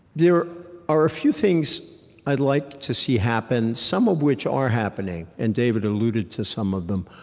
there are a few things i'd like to see happen, some of which are happening, and david alluded to some of them.